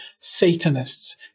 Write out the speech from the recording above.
Satanists